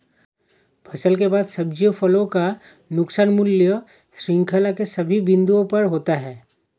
फसल के बाद सब्जियों फलों का नुकसान मूल्य श्रृंखला के सभी बिंदुओं पर होता है